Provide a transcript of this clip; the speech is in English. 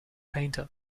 painter